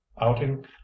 outing